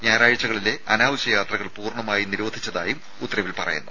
ഞായറാഴ്ചകളിലെ അനാവശ്യ യാത്രകൾ പൂർണ്ണമായി നിരോധിച്ചതായും ഉത്തരവിൽ പറയുന്നു